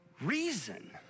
reason